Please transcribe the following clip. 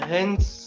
Hence